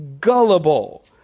gullible